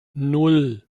nan